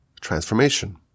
transformation